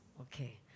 Okay